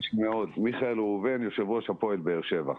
מיכאל ראובן, יושב-ראש הפועל באר שבע.